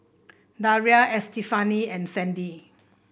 Daria Estefani and Sandy